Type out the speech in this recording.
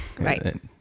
right